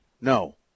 No